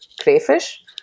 crayfish